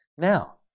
Now